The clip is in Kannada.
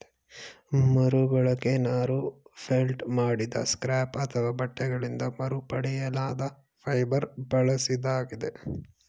ಮರುಬಳಕೆ ನಾರು ಫೆಲ್ಟ್ ಮಾಡಿದ ಸ್ಕ್ರ್ಯಾಪ್ ಅಥವಾ ಬಟ್ಟೆಗಳಿಂದ ಮರುಪಡೆಯಲಾದ ಫೈಬರ್ ಬಳಸಿದಾಗಿದೆ